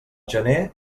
gener